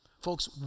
Folks